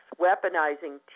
weaponizing